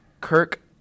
Kirk